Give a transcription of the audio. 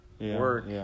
work